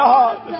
God